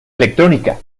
electrónica